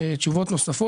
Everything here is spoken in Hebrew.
תמיד זה מעשה ידי הממשלה,